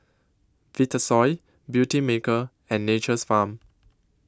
Vitasoy Beautymaker and Nature's Farm